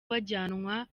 bajyanwa